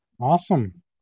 awesome